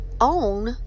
own